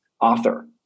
author